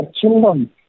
children